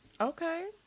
okay